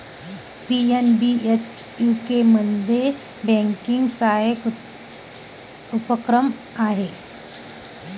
PNB चा यूकेमध्ये banking सहाय्यक उपक्रम आहे